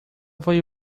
vai